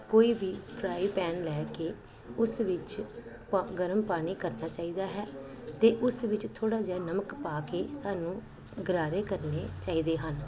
ਕੋਈ ਵੀ fry pan ਲੈ ਕੇ ਉਸ ਵਿੱਚ ਪਾ ਗਰਮ ਪਾਣੀ ਕਰਨਾ ਚਾਹੀਦਾ ਹੈ ਅਤੇ ਉਸ ਵਿੱਚ ਥੋੜ੍ਹਾ ਜਿਹਾ ਨਮਕ ਪਾ ਕੇ ਸਾਨੂੰ ਗਰਾਰੇ ਕਰਨੇ ਚਾਹੀਦੇ ਹਨ